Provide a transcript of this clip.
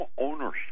ownership